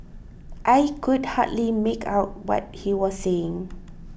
I could hardly make out what he was saying